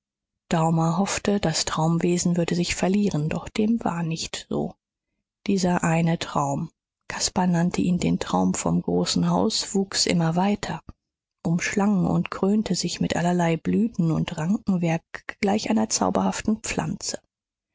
daumer hoffte das traumwesen würde sich verlieren doch dem war nicht so dieser eine traum caspar nannte ihn den traum vom großen haus wuchs immer weiter umschlang und krönte sich mit allerlei blüten und rankenwerk gleich einer zauberhaften pflanze